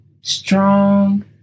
strong